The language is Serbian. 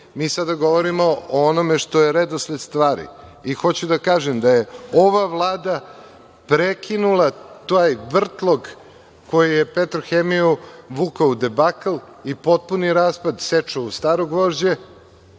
mi sada govorimo o onome što je redosled stvari i hoću da kažem da je ova Vlada prekinula taj vrtlog koji je „Petrohemiju“ vukao u debakl i potpuni raspad, seču u staro gvožđe